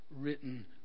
written